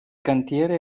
cantiere